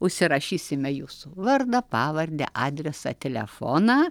užsirašysime jūsų vardą pavardę adresą telefoną